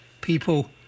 people